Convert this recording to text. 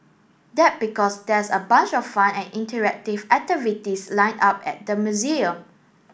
that because there's a bunch of fun and interactive activities lined up at the museum